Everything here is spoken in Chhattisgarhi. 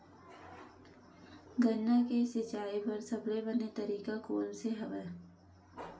गन्ना के सिंचाई बर सबले बने तरीका कोन से हवय?